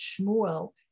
Shmuel